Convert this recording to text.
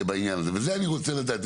את זה אני רוצה לדעת.